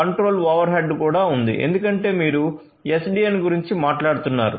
control overhead కూడా ఉంది ఎందుకంటే మీరు SDN గురించి మాట్లాడుతున్నారు